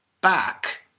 back